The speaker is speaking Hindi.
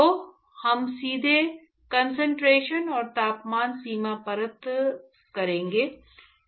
तो हम सीधे कंसंट्रेशन और तापमान सीमा परत करेंगे